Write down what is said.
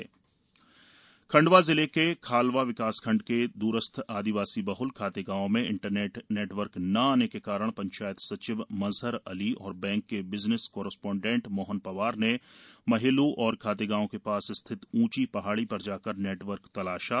corona warriors Khandwa जिले के खालवा विकासखण्ड के दूरस्थ आदिवासी बहल खातेगांव में इंटरनेट नेटवर्क न आने के कारण पंचायत सचिव मजहर अली और बैंक के बिजनेस करस्पॉडेंट मोहन पंवार ने महेलू और खातेगांव के पास स्थित उँची पहाड़ी पर जाकर नेटवर्क तलाशा